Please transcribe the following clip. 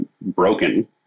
broken